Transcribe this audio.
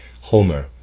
Homer